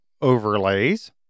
overlays